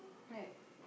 right